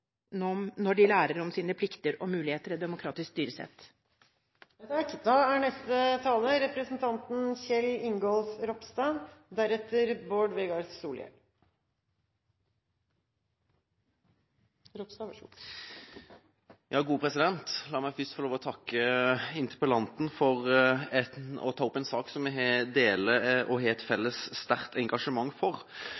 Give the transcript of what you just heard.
opplæringen når barn lærer om sine plikter og muligheter i et demokratisk styresett. La meg først få lov til å takke interpellanten for å ta opp en sak som vi deler